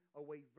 away